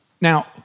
Now